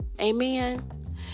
Amen